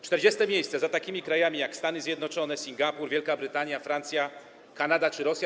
40. miejsce - za takimi krajami jak Stany Zjednoczone, Singapur, Wielka Brytania, Francja, Kanada czy Rosja.